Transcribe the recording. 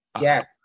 Yes